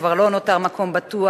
כבר לא נותר מקום בטוח,